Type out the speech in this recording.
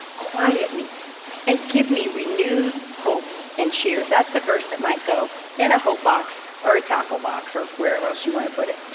quiet me and give me renewed hope and cheer. that's a verse that might go in a hope box, or a taco box, or wherever else you want to put it.